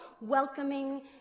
welcoming